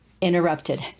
interrupted